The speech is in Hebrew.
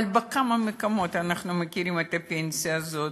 אבל בכמה מקומות אנחנו מכירים את הפנסיה הזאת?